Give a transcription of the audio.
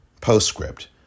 Postscript